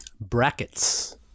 Brackets